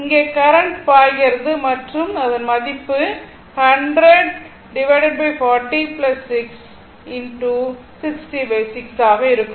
இங்கே கரண்ட் பாய்கிறது மற்றும் அதன் மதிப்பு ஆக இருக்கும்